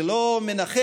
זה לא מנחם,